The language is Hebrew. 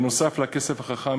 נוסף על "כסף חכם",